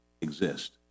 exist